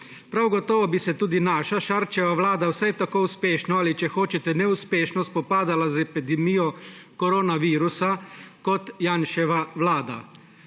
Prav gotovo bi se tudi naša Šarčeva Vlada vsaj tako uspešno ali če hočete neuspešno spopadala z epidemijo koronavirusa kot Janševa Vlada.